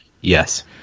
Yes